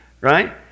Right